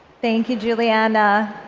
thank you, juliana.